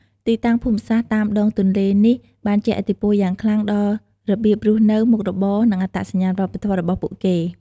ទីតាំងភូមិសាស្ត្រតាមដងទន្លេនេះបានជះឥទ្ធិពលយ៉ាងខ្លាំងដល់របៀបរស់នៅ មុខរបរ និងអត្តសញ្ញាណវប្បធម៌របស់ពួកគេ។